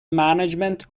management